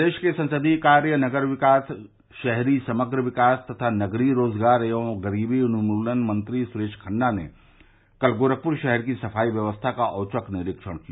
प्रदेश के संसदीय कार्य नगर विकास शहरी समग्र विकास तथा नगरीय रोजगार एवं गरीबी उन्मूलन मंत्री सुरेश खन्ना ने कल गोरखपुर शहर की सफाई व्यवस्था का औचक निरीक्षण किया